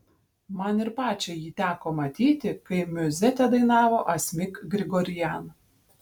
man ir pačiai jį teko matyti kai miuzetę dainavo asmik grigorian